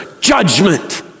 judgment